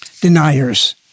deniers